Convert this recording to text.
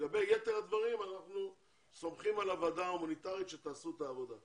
לגבי יתר הדברים אנחנו סומכים על הוועדה ההומניטרית שתעשה את העבודה.